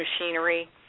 machinery